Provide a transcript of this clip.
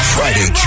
Friday